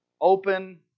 Open